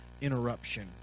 interruption